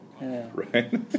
right